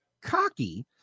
cocky